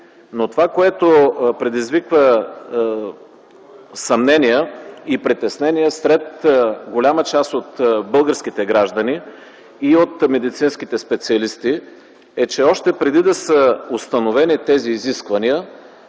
но това, което предизвиква съмнения и притеснения сред голяма част от българските граждани и от медицинските специалисти е, че още преди да са установени тези изисквания